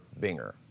Binger